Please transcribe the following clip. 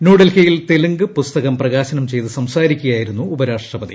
ന്യൂഡൽഹിയിൽ തെലുങ്ക് പുസ്തകം പ്രകാശനം ചെയ്ത് സംസാരിക്കുകയായിരുന്നു ഉപരാഷ്ട്രപതി